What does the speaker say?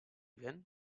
ven